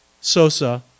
Sosa